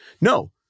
No